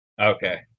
Okay